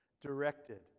directed